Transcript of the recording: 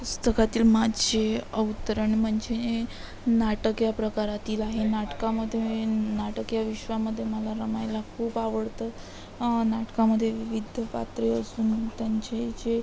पुस्तकातील माझे अवतरण म्हणजे नाटक या प्रकारातील आहे नाटकामध्ये न नाटक या विश्वामध्ये मला रमायला खूप आवडतं नाटकामध्ये विविध पात्रे असून त्यांचे जे